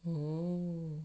um